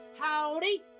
Howdy